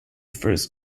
first